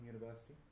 University